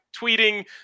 tweeting